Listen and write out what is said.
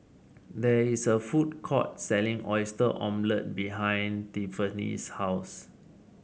there is a food court selling Oyster Omelette behind Tiffanie's house